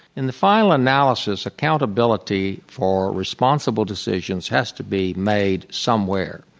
in the final analysis, accountability for responsible decisions has to be made somewhere,